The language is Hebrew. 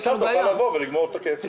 אז עכשיו תוכל לבוא ולגמור את הכסף.